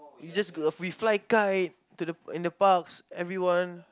we just we fly kite to the in the clouds everyone